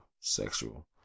sexual